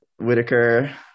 whitaker